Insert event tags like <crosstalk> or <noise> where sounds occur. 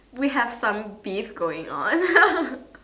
we have some beefs going on <laughs>